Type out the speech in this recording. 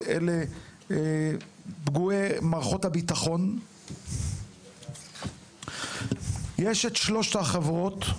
שהם פגועי מערכות הביטחון; יש את שלושת החברות,